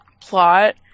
plot